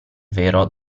vero